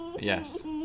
Yes